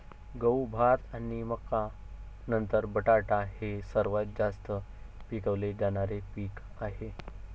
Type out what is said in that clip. गहू, भात आणि मका नंतर बटाटा हे सर्वात जास्त पिकवले जाणारे पीक आहे